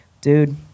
dude